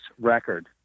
record